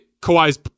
Kawhi's